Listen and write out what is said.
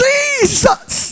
Jesus